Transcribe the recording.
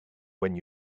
when